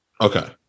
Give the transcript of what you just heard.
Okay